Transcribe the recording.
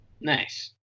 Nice